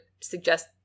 suggest